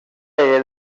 hagué